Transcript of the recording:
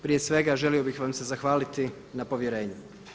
Prije svega želio bih vam se zahvaliti na povjerenju.